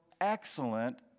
excellent